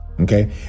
okay